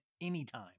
anytime